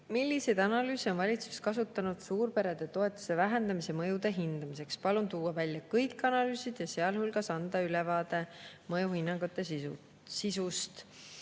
"Milliseid analüüse on Valitsus kasutanud suureperede toetuse vähendamise mõjude hindamiseks? Palun tuua välja kõik analüüsid ja sealhulgas anda ülevaade mõjuhinnangute sisust."